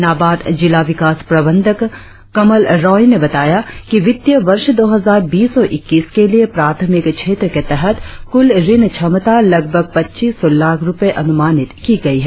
नाबार्ड जिला विकास प्रबंधक कमल रॉय ने बताया कि वितीय वर्ष दो हजार बीस इक्कीस के लिए प्राथमिक क्षेत्र के तहत कुल ऋण क्षमता लगभग पच्चीस सौ लाख रुपए अनुमानित की गई है